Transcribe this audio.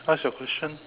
what's your question